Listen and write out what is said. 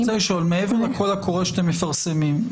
מעבר לקול הקורא שאתם מפרסמים,